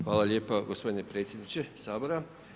Hvala lijepo gospodine predsjedniče Sabora.